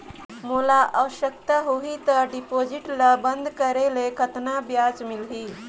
मोला आवश्यकता होही त डिपॉजिट ल बंद करे ले कतना ब्याज मिलही?